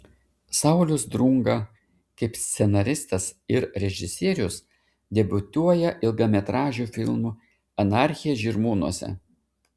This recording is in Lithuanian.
saulius drunga kaip scenaristas ir režisierius debiutuoja ilgametražiu filmu anarchija žirmūnuose